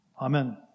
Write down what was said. Amen